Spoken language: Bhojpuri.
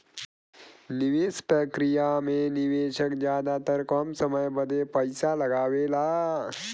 निवेस प्रक्रिया मे निवेशक जादातर कम समय बदे पइसा लगावेला